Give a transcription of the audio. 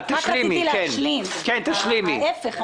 להיפך.